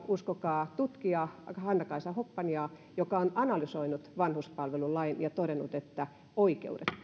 uskokaa tutkija hanna kaisa hoppaniaa joka on analysoinut vanhuspalvelulain ja todennut että oikeudet